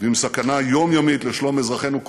ועם עם סכנה יומיומית לשלום אזרחינו,